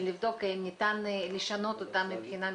אם יצליחו להוכיח שהחייב קיבל את ההתראה,